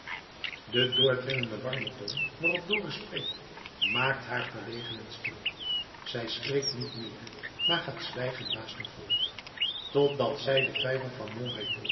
de doordringende warme toon waarop dorus spreekt maakt haar verlegen en stil zij spreekt niet meer maar gaat zwijgend naast hem voort totdat zij den vijver van mon